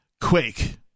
quake